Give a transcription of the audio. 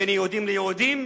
בין יהודים ליהודים?